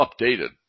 updated